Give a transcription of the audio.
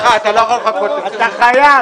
הזמן הגיע, אתה חייב.